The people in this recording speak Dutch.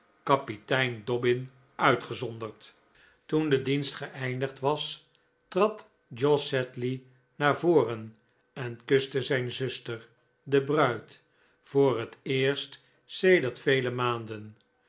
kapitein dobbin uitgezonderd toende dienst geeindigd was trad jos sedley naar voren en kuste zijn zuster de bruid voor het eerst sedert vele maanden